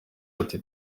ati